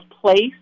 place